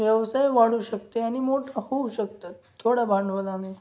व्यवसाय वाढू शकते आणि मोठा होऊ शकतात थोड्या भांडवलाने